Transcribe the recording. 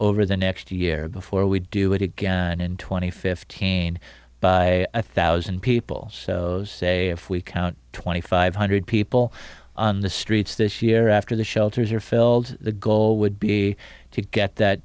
over the next year before we do it again in two thousand and fifteen by a thousand people say if we count twenty five hundred people on the streets this year after the shelters are filled the goal would be to get that